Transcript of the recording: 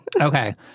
Okay